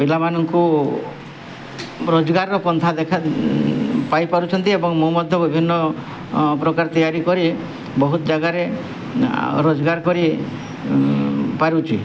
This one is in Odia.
ପିଲାମାନଙ୍କୁ ରୋଜଗାରର ପନ୍ଥା ଦେଖା ପାଇ ପାରୁଛନ୍ତି ଏବଂ ମୁଁ ମଧ୍ୟ ବିଭିନ୍ନ ପ୍ରକାର ତିଆରି କରି ବହୁତ ଜାଗାରେ ରୋଜଗାର କରିପାରୁଛି